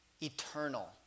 eternal